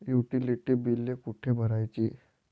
Utility बिले कुठे भरायची?